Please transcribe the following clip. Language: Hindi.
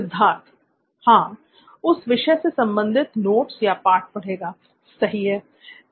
सिद्धार्थ हां उस विषय से संबंधित नोट्स या पाठ पड़ेगा सही है